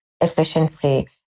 efficiency